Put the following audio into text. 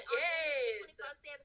yes